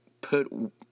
put